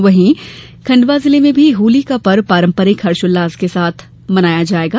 वहीं खंडवा जिले में भी होली का पर्व पारम्परिक हर्षोल्लास के साथ मनाया जायेगा